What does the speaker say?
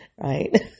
right